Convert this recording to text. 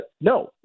no